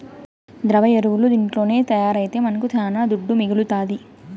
ద్రవ ఎరువులు ఇంట్లోనే తయారైతే మనకు శానా దుడ్డు మిగలుతాది